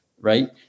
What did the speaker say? right